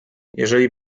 jeżeli